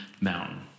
mountain